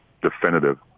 definitive